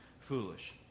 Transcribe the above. foolish